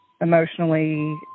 Emotionally